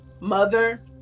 mother